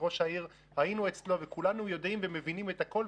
וראש העיר היינו אצלו וכולנו יודעים ומבינים את הכול,